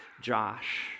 Josh